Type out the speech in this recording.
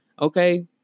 okay